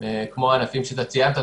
כמו הענפים שציינת,